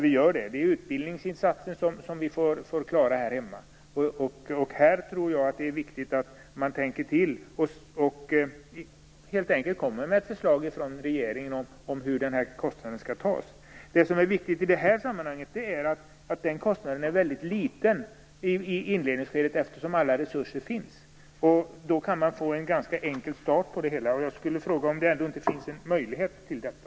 Utbildningsinsatsen får vi däremot klara här hemma. Jag tror att det är viktigt att man tänker till och att regeringen kommer med ett förslag om hur kostnaden skall klaras av. Det viktiga i det här sammanhanget är att den kostnaden är väldigt liten i inledningsskedet, eftersom alla resurser finns. Då kan man starta det hela ganska enkelt. Jag vill fråga om det ändå inte finns en möjlighet att genomföra detta.